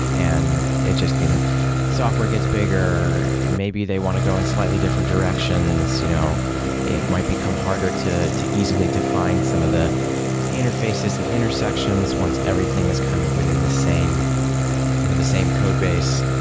and it just you know software gets bigger. maybe they want to go in slightly different directions. you know it might become harder to to easily define some of the interfaces and intersections once everything is kind of within the same you know the same code base.